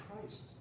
Christ